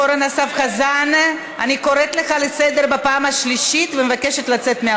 נא לבדוק, בבקשה, את המסכים שם.